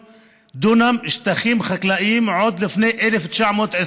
דונם של שטחים חקלאיים עוד לפני 1921,